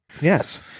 Yes